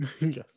Yes